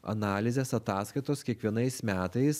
analizės ataskaitos kiekvienais metais